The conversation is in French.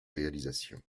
réalisations